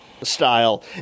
Style